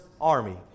army